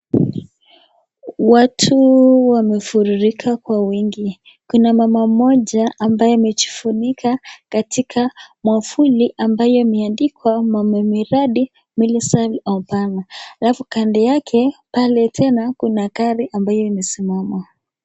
Watu wamefururuka kwa wingi kuna mama moja ambaye amejifunika katika mwavuli ambaye imeandikwa mama miradhi Millicent opana, alafu kando yake pale tena kuna gari ambaye imesimama.